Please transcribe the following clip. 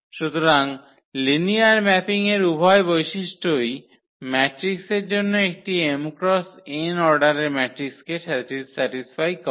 সুতরাং লিনিয়ার ম্যাপিংয়ের উভয় বৈশিষ্ট্যই ম্যাট্রিক্সের জন্য একটি m x n অর্ডারের ম্যাট্রিক্সকে স্যাটিস্ফাই করে